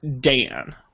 Dan